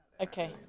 Okay